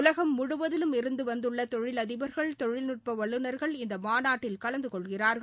உலகம் முழுவதிலும் இருந்து வந்துள்ள தொழிலதிபர்கள் தொழில்நட்ப வல்லுநர்கள் இந்த மாநாட்டில் கலந்து கொள்கிறார்கள்